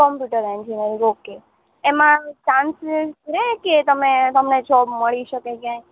computer engineering okay એમાં chances રહે કે તમે તમને જૉબ મળી શકે ક્યાંય